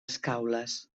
escaules